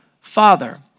father